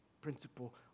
principle